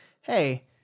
hey